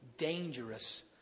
dangerous